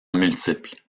multiples